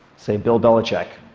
say, bill belichick,